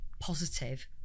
positive